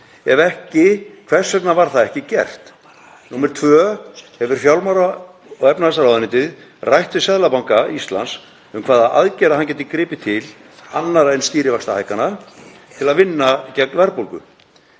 Ef ekki, hvers vegna var það ekki gert? 2. Hefur fjármála- og efnahagsráðuneytið rætt við Seðlabanka Íslands um hvaða aðgerðir hann geti gripið til annarra en stýrivaxtahækkana til að vinna gegn verðbólgu?